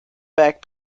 back